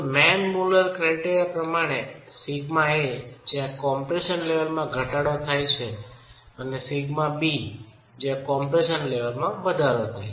main મુલર criteria પ્રમાણે σa જ્યાં કમ્પ્રેશન લેવલમાં ઘટાડો થાય છે અને σb જ્યાં કમ્પ્રેશન લેવલમાં વધારો થાય છે